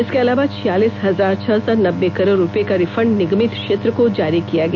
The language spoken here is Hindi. इसके अलावा छियालीस हजार छह सौ नब्बे करोड़ रुपये का रिफंड निगमित क्षेत्र को जारी किया गया